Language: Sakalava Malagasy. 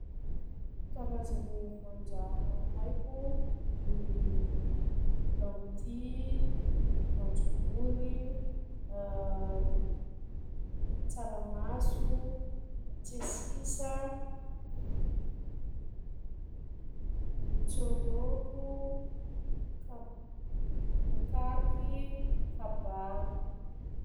Karazany voanjaha haiko: lanty, voanjobory, tsaramaso, tsesisa, vontsoroko, kab- bôkariky, kabaro.